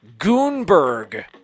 Goonberg